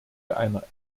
einer